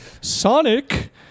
Sonic